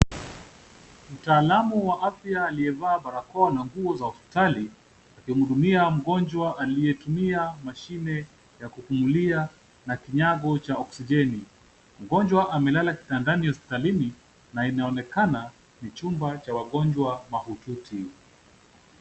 Mtaalamu wa afya aliyevaa barakoa na nguo za hospitali, akimhudumia mgonjwa aliyetumia mashine ya kupumulia na kinyago cha oksijeni. Mgonjwa amelala kitandani hospitalini na inaonekana ni chumba cha wagonjwa mahututi.